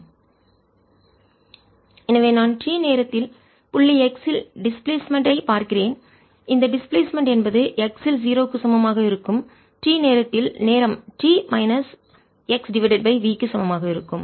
fxtfx0 t xv எனவே நான் t நேரத்தில் புள்ளி x இல் டிஸ்பிளேஸ்மென்ட் இடப்பெயர்ச்சி ஐ பார்க்கிறேன் இந்த டிஸ்பிளேஸ்மென்ட் இடப்பெயர்ச்சி என்பது x இல் 0 க்கு சமமாக இருக்கும் t நேரத்தில் நேரம் t minus x divided by v க்கு சமமாக இருக்கும்